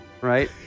right